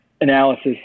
analysis